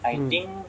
hmm